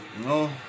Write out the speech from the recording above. No